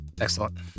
Excellent